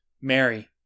Mary